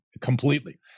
completely